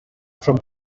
from